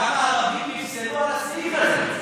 כמה ערבים נפסלו על הסעיף הזה?